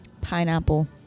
pineapple